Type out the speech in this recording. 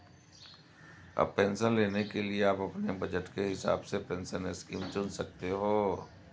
अब पेंशन लेने के लिए आप अपने बज़ट के हिसाब से पेंशन स्कीम चुन सकते हो